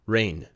，Rain